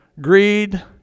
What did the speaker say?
greed